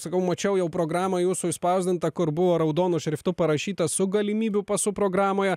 sakau mačiau jau programą jūsų išspausdintą kur buvo raudonu šriftu parašyta su galimybių pasu programoje